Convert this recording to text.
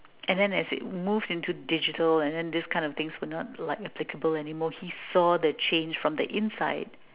and then as it moved into digital and this kind of things were not like applicable anymore he saw the change from the inside